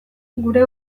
gure